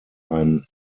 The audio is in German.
ein